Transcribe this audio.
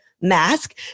mask